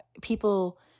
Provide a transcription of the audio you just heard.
people